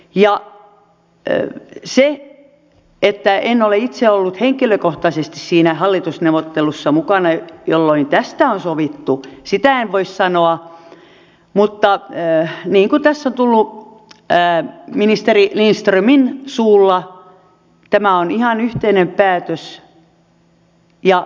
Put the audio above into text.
ja kun en ole itse ollut henkilökohtaisesti siinä hallitusneuvottelussa mukana jolloin tästä on sovittu siitä en voi sanoa mutta niin kuin tässä on tullut ministeri lindströmin suulla tämä on ihan yhteinen päätös ja thats it